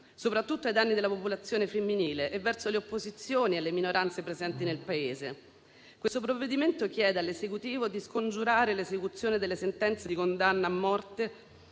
soprattutto ai danni della popolazione femminile e verso le opposizioni e le minoranze presenti nel Paese. Questo provvedimento chiede all'Esecutivo di scongiurare l'esecuzione delle sentenze di condanna a morte